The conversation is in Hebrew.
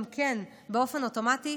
גם כן באופן אוטומטי,